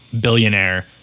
billionaire